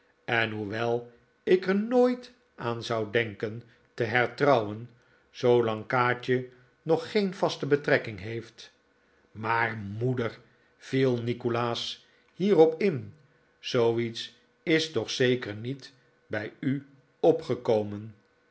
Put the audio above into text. en hoewel ik er nooit aan zou denken te hertrouwen zoolang kaatje nog geen vaste betrekking heeft maar moeder viel nikolaas hierop in zooiets is toch zeker niet bij u opgekomen